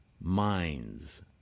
minds